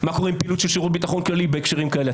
של שירות הביטחון הכללי בהקשרים כאלה.